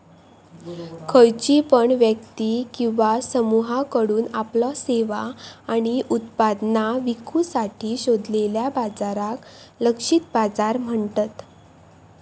खयची पण व्यक्ती किंवा समुहाकडुन आपल्यो सेवा आणि उत्पादना विकुसाठी शोधलेल्या बाजाराक लक्षित बाजार म्हणतत